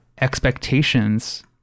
expectations